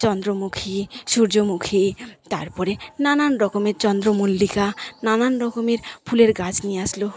চন্দ্রমুখী সূর্যমুখী তারপরে নানান রকমের চন্দ্রমল্লিকা নানান রকমের ফুলের গাছ নিয়ে আসলো